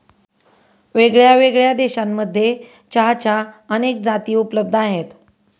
वेगळ्यावेगळ्या देशांमध्ये चहाच्या अनेक जाती उपलब्ध आहे